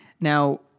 Now